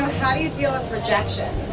how do you deal with rejection?